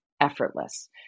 effortless